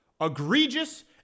egregious